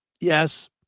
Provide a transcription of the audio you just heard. yes